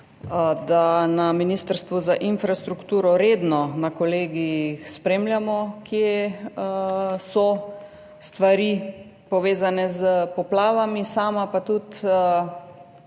da na Ministrstvu za infrastrukturo redno na kolegijih spremljamo, kje so stvari, povezane s poplavami, sama pa tudi